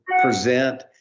present